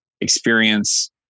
experience